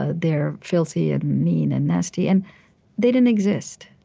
ah they're filthy and mean and nasty. and they didn't exist.